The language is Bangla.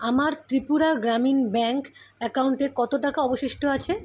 আমার ত্রিপুরা গ্রামীণ ব্যাঙ্ক অ্যাকাউন্টে কত টাকা অবশিষ্ট আছে